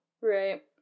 Right